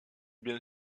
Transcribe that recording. bien